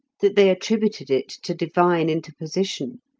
that they attributed it to divine interposition,